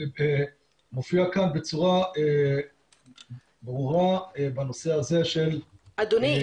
מופיע כאן בצורה ברורה בנושא הזה של --- אדוני,